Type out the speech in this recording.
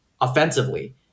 offensively